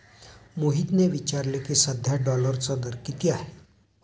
मोहितने विचारले की, सध्या डॉलरचा दर किती आहे?